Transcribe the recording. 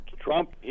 Trump